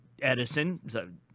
Edison